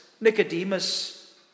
Nicodemus